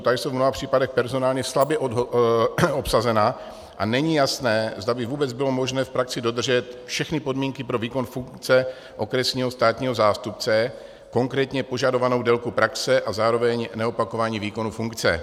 Ta jsou v mnoha případech personálně slabě obsazena a není jasné, zda by vůbec bylo možné v praxi dodržet všechny podmínky pro výkon funkce okresního státního zástupce, konkrétně požadovanou délku praxe a zároveň neopakování výkonu funkce.